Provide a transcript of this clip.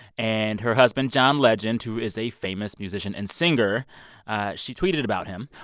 and her husband john legend, who is a famous musician and singer she tweeted about him.